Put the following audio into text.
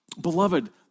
Beloved